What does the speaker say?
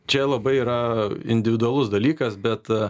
čia labai yra individualus dalykas bet